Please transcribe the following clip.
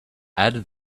add